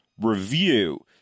review